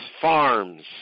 Farms